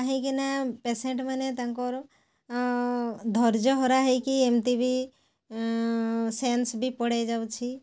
କାହିଁକିନା ପେସେଣ୍ଟମାନେ ତାଙ୍କର ଧର୍ଯ୍ୟହରା ହେଇକି ଏମିତି ବି ସେନ୍ସ ବି ପଳାଇଯାଉଛି